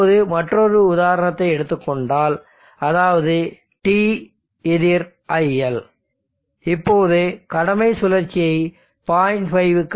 இப்போது மற்றொரு உதாரணத்தை எடுத்துக் கொண்டால் அதாவது t எதிர் iL இப்போது கடமை சுழற்சியை 0